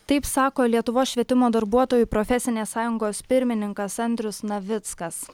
taip sako lietuvos švietimo darbuotojų profesinės sąjungos pirmininkas andrius navickas